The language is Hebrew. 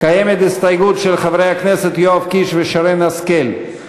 קיימת הסתייגות של חברי הכנסת יואב קיש ושרן השכל,